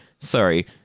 sorry